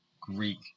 Greek